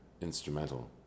instrumental